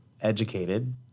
educated